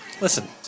Listen